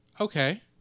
okay